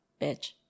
bitch